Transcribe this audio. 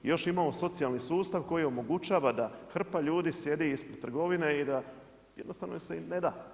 Još imamo socijalni sustav koji omogućava da hrpa ljudi sjedi ispred trgovine i da jednostavno joj se ni neda.